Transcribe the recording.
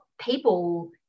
people